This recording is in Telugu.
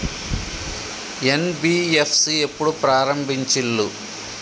ఎన్.బి.ఎఫ్.సి ఎప్పుడు ప్రారంభించిల్లు?